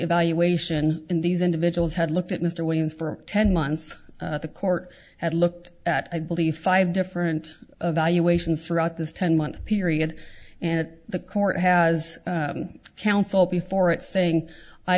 evaluation and these individuals had looked at mr williams for ten months the court had looked at i believe five different evaluations throughout this ten month period and the court has counsel before it saying i